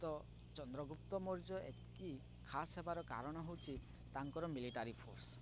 ତ ଚନ୍ଦ୍ରଗୁପ୍ତ ମୌର୍ଯ୍ୟ ଏତିକି ଖାସ୍ ହେବାର କାରଣ ହେଉଛି ତାଙ୍କର ମିଲିଟାରୀ ଫୋର୍ସ